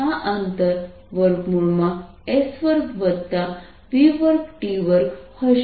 તેથી આ અંતર s2v2t2 હશે